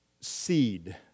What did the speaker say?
seed